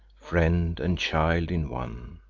friend and child in one,